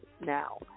now